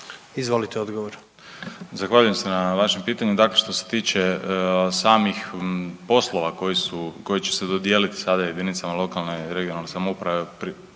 Josip (HDZ)** Zahvaljujem se na vašem pitanju. Dakle, što se tiče samih poslova koji će se dodijeliti sada jedinicama lokalne i regionalne samouprave,